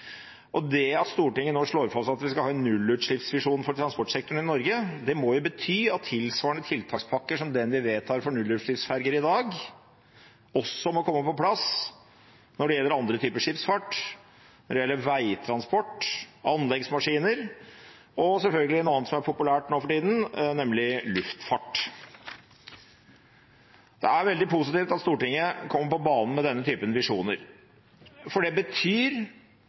Det at Stortinget nå slår fast at vi skal ha en nullutslippsvisjon for transportsektoren i Norge, må bety at tiltakspakker tilsvarende den vi vedtar for nullutslippsferger i dag, også må komme på plass når det gjelder annen type skipsfart, når det gjelder veitransport, anleggsmaskiner og selvfølgelig – noe annet som er populært nå for tida – luftfart. Det er veldig positivt at Stortinget kommer på banen med denne typen visjoner, for det betyr